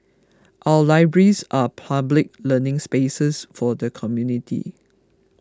our libraries are public learning spaces for the community